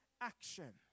action